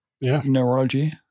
neurology